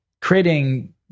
creating